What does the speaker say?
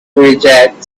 reject